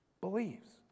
believes